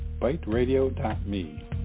byteradio.me